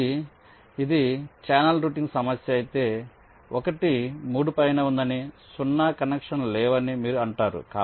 మళ్ళీ ఇది channel routing సమస్య అయితే ఒకటి 3 పైన ఉందని 0 కనెక్షన్లు లేవని మీరు అంటారు